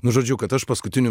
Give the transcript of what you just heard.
nu žodžiu kad aš paskutiniu